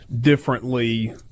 differently